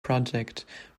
project